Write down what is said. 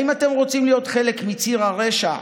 האם אתם רוצים להיות חלק מציר הרשע,